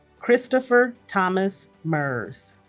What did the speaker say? christopher thomas merz